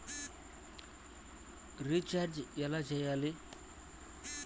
Recharge ఎలా చెయ్యాలి?